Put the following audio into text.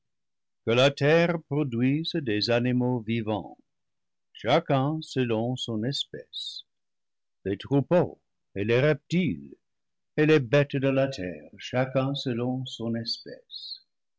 que la terre produise des animaux virants chacun se ion son espèce les troupeaux et les reptiles et les bêtes de la terre chacun selon son espèce